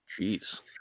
jeez